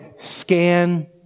scan